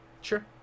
Sure